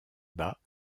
bas